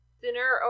dinner